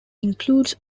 includes